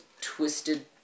Twisted